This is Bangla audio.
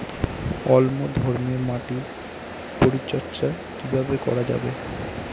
অম্লধর্মীয় মাটির পরিচর্যা কিভাবে করা যাবে?